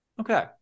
Okay